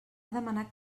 demanat